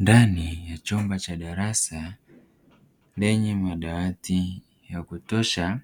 Ndani ya chumba cha darasa lenye madawati ya kutosha